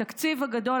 התקציב הגדול,